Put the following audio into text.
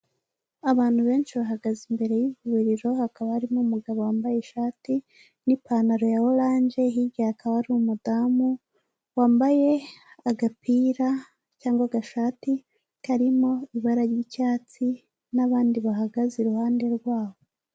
Abantu benshi bahagaze imbere y'ivuriro hakaba harimo umugabo wambaye ishati n'ipantaro ya oranje, hirya hakaba hari umudamu wambaye agapira cyangwa agashati karimo ibara ry'icyatsi n'abandi bahagaze iruhande rwabo.